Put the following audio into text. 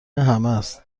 همست